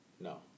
No